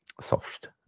soft